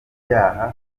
byaha